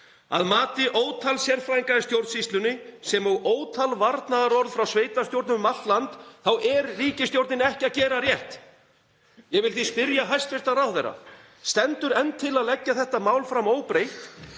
Að mati ótal sérfræðinga í stjórnsýslunni sem og samkvæmt ótal varnaðarorðum frá sveitarstjórnum um allt land er ríkisstjórnin ekki að gera rétt. Ég vil því spyrja hæstv. ráðherra: Stendur enn til að leggja þetta mál fram óbreytt,